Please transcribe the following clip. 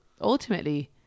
ultimately